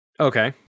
Okay